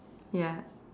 ya